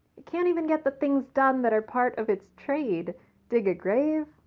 it can't even get the things done that are part of its trade dig a grave,